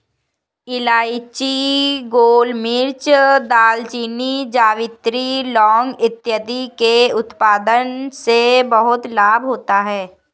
इलायची, गोलमिर्च, दालचीनी, जावित्री, लौंग इत्यादि के उत्पादन से बहुत लाभ होता है